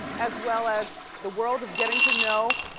as well as the world of getting-to-know,